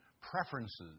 preferences